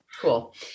cool